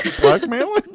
Blackmailing